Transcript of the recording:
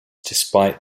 despite